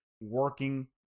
working